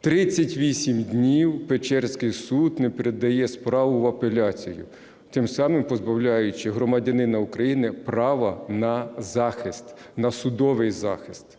38 днів Печерський суд не передає справу в апеляцію, тим самим позбавляючи громадянина України права на захист, на судовий захист.